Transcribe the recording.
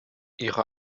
ihre